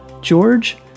George